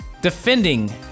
defending